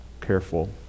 careful